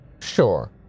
Sure